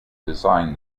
design